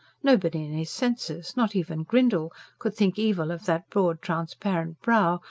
nobody in his senses not even grindle could think evil of that broad, transparent brow,